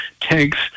tanks